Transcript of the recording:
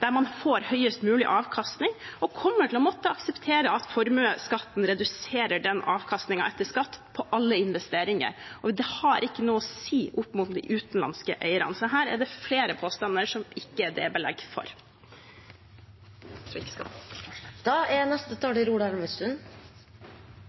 man får høyest mulig avkastning, og de kommer til å måtte akseptere at formuesskatten reduserer den avkastningen etter skatt på alle investeringer. Det har ikke noe å si opp mot de utenlandske eierne. Så her er det flere påstander som det ikke er belegg for. Den viktigste beslutningen vi tar for et mer investeringsvennlig Norge, er